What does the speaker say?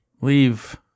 leave